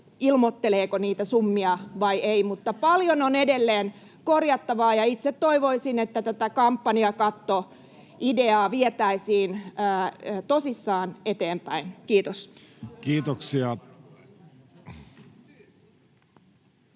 ilmoitteleeko niitä summia vai ei. Mutta paljon on edelleen korjattavaa, ja itse toivoisin, että tätä kampanjakattoideaa vietäisiin tosissaan eteenpäin. — Kiitos.